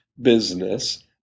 business